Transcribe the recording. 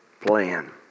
plan